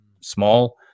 small